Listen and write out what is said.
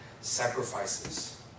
sacrifices